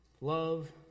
love